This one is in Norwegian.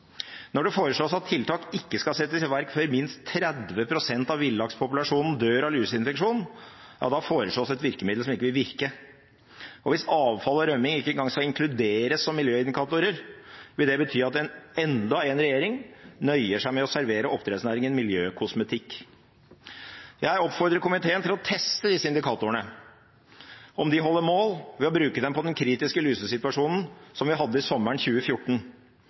Når det foreslås at tiltak ikke skal settes i verk før minst 30 pst. av villakspopulasjonen dør av luseinfeksjon, foreslås et virkemiddel som ikke vil virke. Og hvis avfall og rømming ikke engang skal inkluderes som miljøindikatorer, vil det bety at enda en regjering nøyer seg med å servere oppdrettsnæringen miljøkosmetikk. Jeg oppfordrer komiteen til å teste om disse indikatorene holder mål ved å bruke dem på den kritiske lusesituasjonen som vi hadde sommeren 2014.